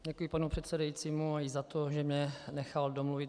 Děkuji panu předsedajícímu i za to, že mě nechal domluvit.